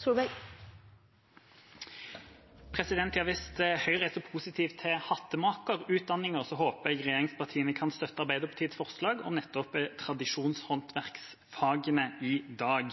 så positiv til hattemakerutdanningen, håper jeg regjeringspartiene kan støtte Arbeiderpartiets forslag om nettopp tradisjonshåndverksfagene i dag.